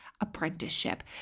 apprenticeship